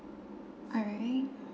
alright